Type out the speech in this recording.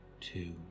two